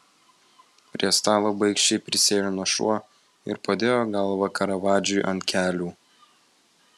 prie stalo baikščiai prisėlino šuo ir padėjo galvą karavadžui ant kelių